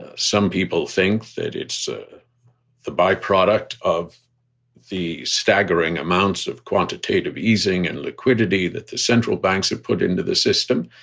ah some people think that it's ah the byproduct of the staggering amounts of quantitative easing and liquidity that the central banks have put into the system.